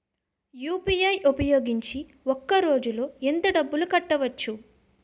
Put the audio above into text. UPI ఉపయోగించి ఒక రోజులో ఎంత డబ్బులు కట్టవచ్చు?